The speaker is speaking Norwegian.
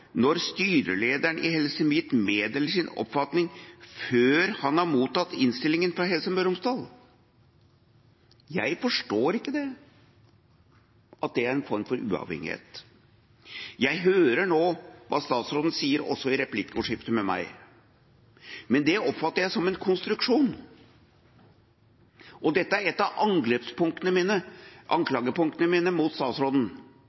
når styrelederen i Helse Midt meddeler sin oppfatning før han har mottatt innstillinga fra Helse Møre og Romsdal? Jeg forstår ikke at det er en form for uavhengighet. Jeg hører nå hva statsråden sier, også i replikkordskifte med meg, men det oppfatter jeg som en konstruksjon. Dette er et av anklagepunktene mine mot statsråden.